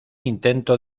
intento